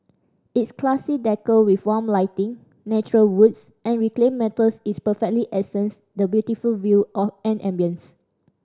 its classy decor with warm lighting natural woods and reclaimed metals is perfectly accents the beautiful view or and ambience